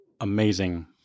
amazing